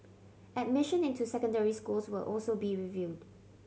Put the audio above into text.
admission into secondary schools will also be reviewed